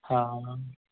ਹਾਂ